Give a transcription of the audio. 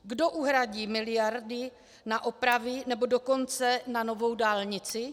Kdo uhradí miliardy na opravy, nebo dokonce na novou dálnici?